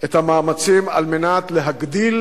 את המאמצים על מנת להגדיל